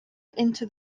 into